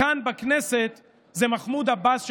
כאן, בכנסת, זה מחמוד עבאס שקובע.